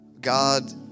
God